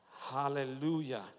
Hallelujah